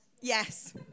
Yes